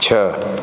छह